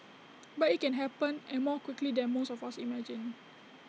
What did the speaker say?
but IT can happen and more quickly than most of us imagine